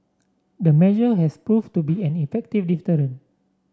the measure has proved to be an effective deterrent